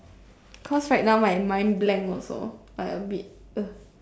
cause right now my mind blank also I a bit